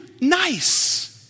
nice